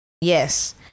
yes